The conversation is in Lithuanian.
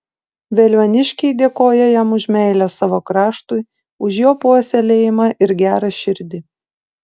veliuoniškiai dėkoja jam už meilę savo kraštui už jo puoselėjimą ir gerą širdį